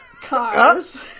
cars